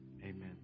Amen